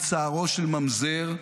את צערו של ממזר,